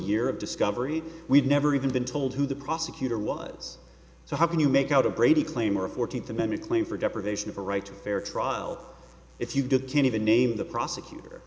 year of discovery we've never even been told who the prosecutor was so how can you make out a brady claim or a fourteenth amendment claim for deprivation of a right to fair trial if you did can't even name the prosecutor